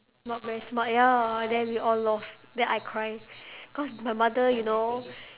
not very smart ya then we all lost then I cry cause my mother you know